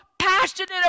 passionate